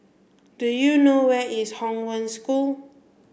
do you know where is Hong Wen School